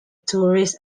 tourist